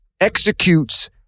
Executes